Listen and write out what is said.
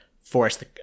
forced